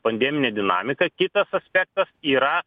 pandeminę dinamiką kitas aspektas yra